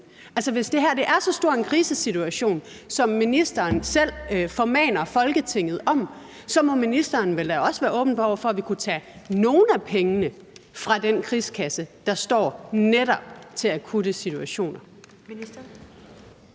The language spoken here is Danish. Hvis det her er så stor en krisesituation, som ministeren selv formaner Folketinget om, må ministeren vel også være åben over for, at vi kunne tage nogle af pengene fra den krigskasse, der står til netop akutte situationer.